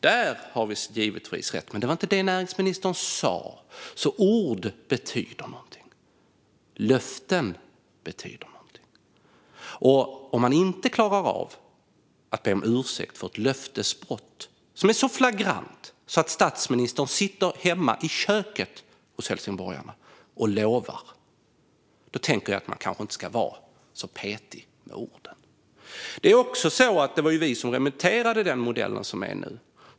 Det är givetvis rätt, men det var inte det näringsministern sa. Ord betyder någonting. Löften betyder någonting. Om man inte klarar av att be om ursäkt för ett löftesbrott - som är särskilt flagrant eftersom statsministern satt hemma i köket hos helsingborgarna och lovade - tänker jag att man kanske inte ska vara så petig med orden. Det är dessutom så att det var vi socialdemokrater som remitterade den modell som gäller nu.